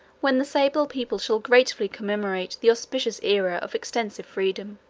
when the sable people shall gratefully commemorate the auspicious aera of extensive freedom.